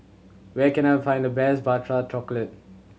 where can I find the best Prata Chocolate